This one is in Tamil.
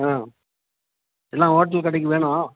ஆ எல்லாம் ஹோட்டல் கடைக்கு வேணும்